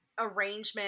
arrangement